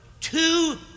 two